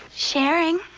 sharing.